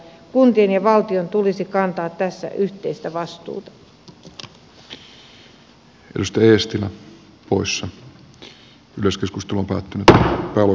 kuntien ja valtion tulisi kantaa tässä yhteistä vastuuta